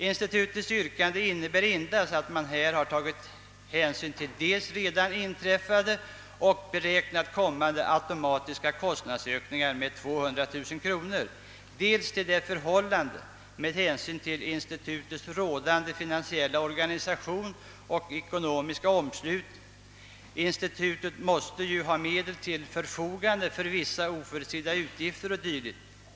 Institutets yrkande innebär endast att man tagit hänsyn till dels redan inträffade och beräknade kommande automatiska kostnadsökningar med 200 000 kronor, dels till det förhållandet att — med hänsyn till institutets finansiella organisation och ekonomiska omslutning — institutet måste ha medel till sitt förfogande för vissa oförutsedda utgifter o. dyl.